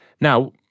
Now